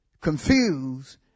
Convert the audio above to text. confused